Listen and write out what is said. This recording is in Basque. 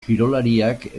kirolariak